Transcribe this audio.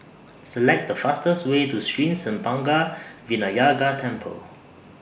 Select The fastest Way to Sri Senpaga Vinayagar Temple